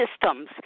systems